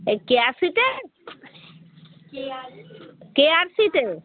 এই K R সিতে K R C K R সিতে